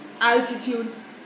altitudes